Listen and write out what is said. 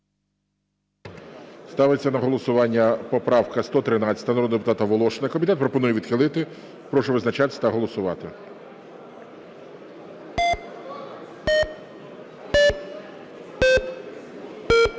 Ставлю на голосування поправку 118-у народного депутата Шуфрича. Комітет пропонує відхилити. Прошу визначатись та голосувати. 14:37:36